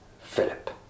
Philip